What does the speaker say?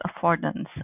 affordance